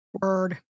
Word